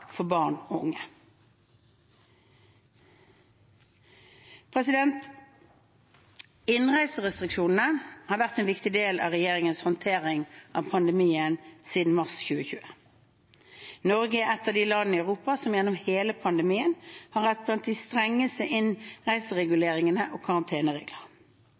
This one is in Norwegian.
for barn og unge. Innreiserestriksjoner har vært en viktig del av regjeringens håndtering av pandemien siden i mars 2020. Norge er ett av de landene i Europa som gjennom hele pandemien har hatt blant de strengeste innreisereguleringene og